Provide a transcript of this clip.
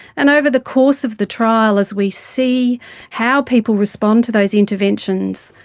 and over the course of the trial as we see how people respond to those interventions,